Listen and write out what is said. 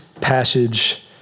passage